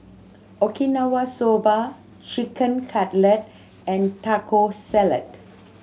Okinawa Soba Chicken Cutlet and Taco Salad